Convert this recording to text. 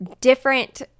different